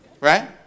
right